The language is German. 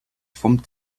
vom